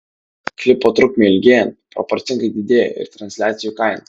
klipo trukmei ilgėjant proporcingai didėja ir transliacijų kaina